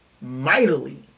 mightily